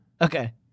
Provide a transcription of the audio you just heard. okay